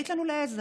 היית לנו לעזר.